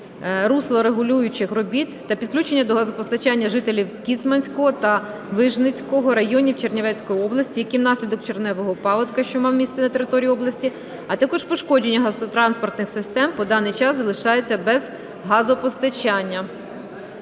руслорегулюючих робіт та підключення до газопостачання жителів Кіцманського та Вижницького районів Чернівецької області, які внаслідок червневого паводка, що мав місце на території області, а також пошкодження газотранспортних систем, по даний час залишаються без газопостачання.